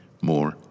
more